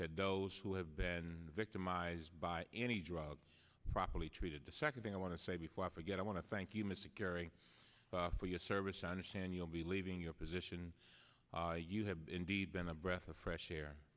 that those who have been victimized by any drugs properly treated the second thing i want to say before i forget i want to thank you mr kerry for your service i understand you'll be leaving your position you have indeed been a breath of fresh air